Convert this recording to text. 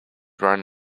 run